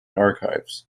archives